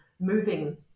moving